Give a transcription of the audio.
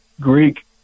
Greek